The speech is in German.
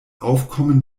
aufkommen